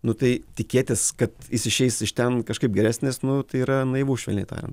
nu tai tikėtis kad jis išeis iš ten kažkaip geresnis nu tai yra naivu švelniai tarian